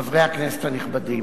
חברי הכנסת הנכבדים,